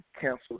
canceled